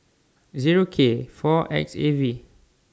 Zero K four X A V